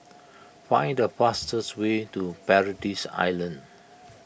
find the fastest way to Paradise Island